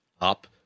up